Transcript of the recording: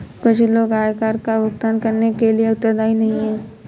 कुछ लोग आयकर का भुगतान करने के लिए उत्तरदायी नहीं हैं